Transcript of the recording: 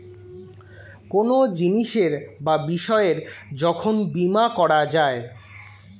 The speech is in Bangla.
কোনো জিনিসের বা বিষয়ের যখন বীমা করা যায়